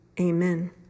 Amen